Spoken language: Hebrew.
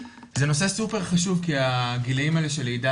זה נושא סופר חשוב כי הגילאים האלה של לידה